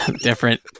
Different